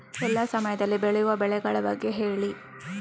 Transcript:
ಎಲ್ಲಾ ಸಮಯದಲ್ಲಿ ಬೆಳೆಯುವ ಬೆಳೆಗಳ ಬಗ್ಗೆ ಹೇಳಿ